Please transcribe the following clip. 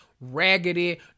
raggedy